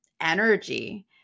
energy